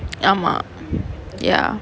ஆமா:aamaa ya